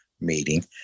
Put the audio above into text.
meeting